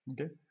Okay